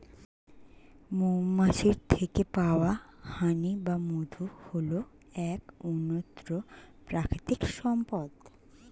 মৌমাছির থেকে পাওয়া হানি বা মধু হল এক অনন্য প্রাকৃতিক সম্পদ